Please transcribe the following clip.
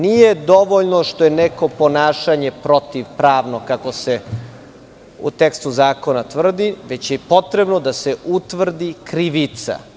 Nije dovoljno što je neko ponašanje protivpravno, kako se u tekstu zakona tvrdi, već je potrebno da se utvrdi krivica.